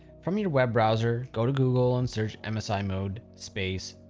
from your web browser go to google and search msimode, space,